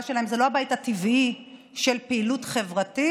שלהם: זה לא הבית הטבעי לפעילות חברתית,